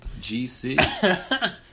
gc